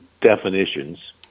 definitions